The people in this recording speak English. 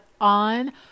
on